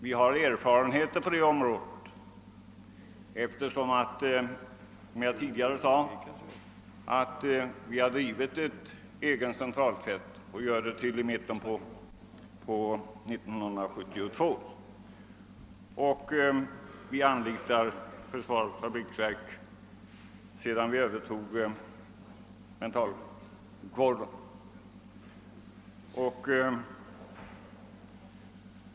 Vi har erfarenheter på det området. Vi har drivit en egen centraltvätt och gör det till mitten av 1972. Vi anlitar också försvarets fabriksverk sedan vi övertog mentalsjukvården.